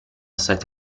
stati